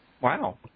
Wow